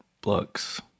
blocks